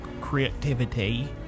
creativity